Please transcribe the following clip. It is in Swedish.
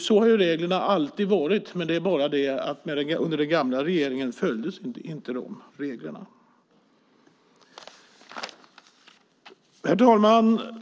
Så har reglerna alltid varit, men under den gamla regeringen följdes de inte. Herr talman!